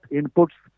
inputs